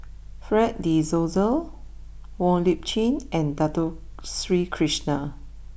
Fred De Souza Wong Lip Chin and Dato Sri Krishna